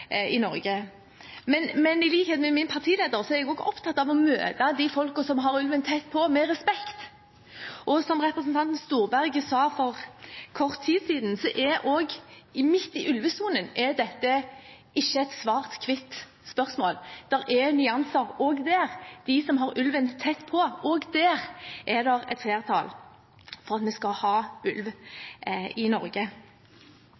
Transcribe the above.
i Norge. Men i likhet med min partileder er jeg opptatt av å møte de folkene som har ulven tett på, med respekt. Som representanten Storberget sa for kort tid siden, er ikke dette midt i ulvesonen et svart-hvitt-spørsmål. Det er nyanser også der. Også blant dem som har ulven tett på, er det et flertall for at vi skal ha